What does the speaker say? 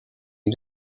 est